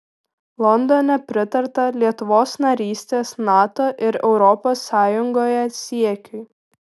londone pritarta lietuvos narystės nato ir europos sąjungoje siekiui